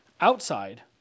outside